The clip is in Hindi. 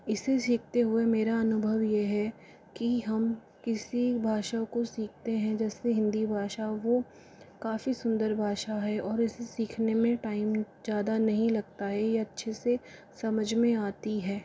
इसे सिखते हुए मेरा अनुभव ये है कि हम किसी भाषा को सिखते हैं जैसे हिंदी भाषा वो काफ़ी सुंदर भाषा है और इसे सीखने में टाइम ज़्यादा नहीं लगता है ये अच्छे से समझ में आती है